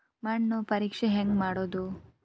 ಮಣ್ಣು ಪರೇಕ್ಷೆ ಹೆಂಗ್ ಮಾಡೋದು?